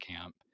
camp